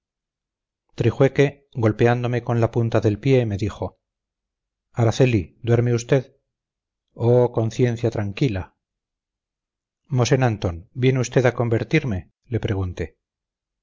el coco trijueque golpeándome con la punta del pie me dijo araceli duerme usted oh conciencia tranquila mosén antón viene usted a convertirme le pregunté